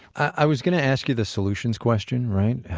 i was going to ask you the solutions question, right?